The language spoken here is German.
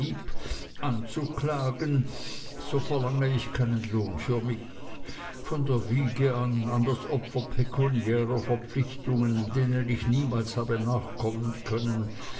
anzuklagen so verlange ich keinen lohn für mich von der wiege an das opfer pekuniärer verpflichtungen denen ich niemals habe nachkommen können